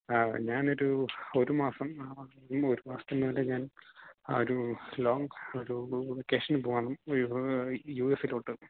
ആ ഞാൻ ഒരു ഒരു മാസം ഒരു മാസത്തിന് മേലെ ഞാൻ ആ ഒരു ലോങ്ങ് ഒരു വെക്കേഷന് പോവാന്ന് യു എസ്സിലോട്ട്